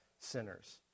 sinners